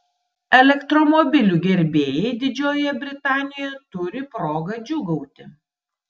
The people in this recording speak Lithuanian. elektromobilių gerbėjai didžiojoje britanijoje turi progą džiūgauti